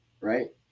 Right